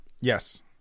yes